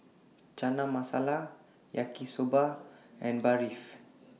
Chana Masala Yaki Soba and Barfi